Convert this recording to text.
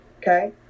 okay